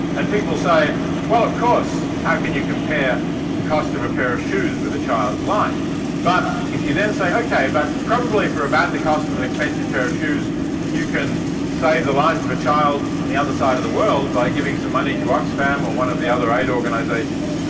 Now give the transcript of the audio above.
and people say well of course how can you compare the cost of a pair of shoes with a child's life? but if you then say ok but probably for about the cost of an expensive pair of shoes you can save the life of a child on the other side of the world by giving some money to oxfam or one of the other aid organisations,